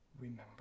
remember